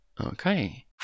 Okay